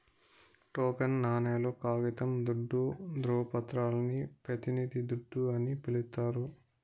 token నాణేలు, కాగితం దుడ్డు, దృవపత్రాలని పెతినిది దుడ్డు అని పిలిస్తారు